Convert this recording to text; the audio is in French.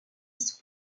sous